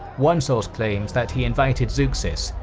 one source claims that he invited zeuxis,